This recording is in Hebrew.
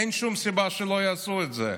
אין שום סיבה שלא יעשו את זה.